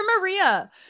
Maria